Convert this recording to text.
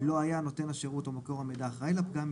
לא היה נותן השירות או מקור המידע אחראי לפגם,